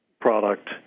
product